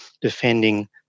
defending